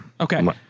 Okay